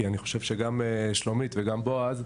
כי אני חושב שגם שלומית וגם בועז,